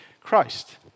Christ